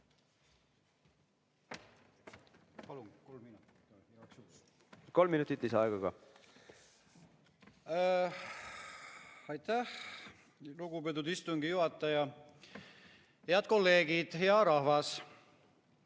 Kolm minutit lisaaega. Aitäh, lugupeetud istungi juhataja! Head kolleegid! Hea rahvas!